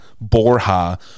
Borja